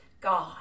God